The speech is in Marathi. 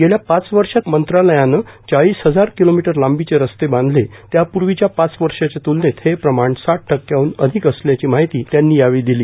गेल्या पाच वर्षांत आपल्या मंत्रालयानं चाळीस हजार किलोमीटर लांबीचे रस्ते बांधले त्यापूर्वीच्या पाच वर्षांच्या त्लनेत हे प्रमाण साठ टक्क्यांहन अधिक असल्याची माहिती त्यांनी यावेळी दिली